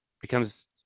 becomes